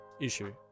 issue